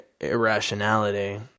irrationality